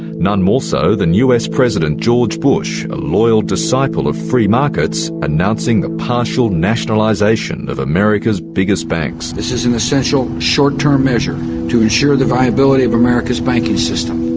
none more so than the us president george bush, a loyal disciple of free markets, announcing the partial nationalisation of america's biggest banks. this is an essential short-term measure to ensure the viability of america's banking system.